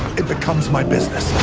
it becomes my business.